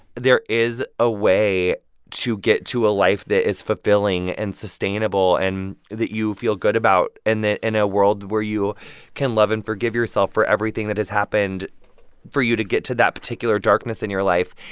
there is a way to get to a life that is fulfilling and sustainable and that you feel good about and that in a world where you can love and forgive yourself for everything that has happened for you to get to that particular darkness in your life.